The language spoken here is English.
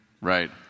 Right